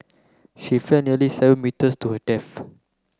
she fell nearly seven metres to her death